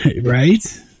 right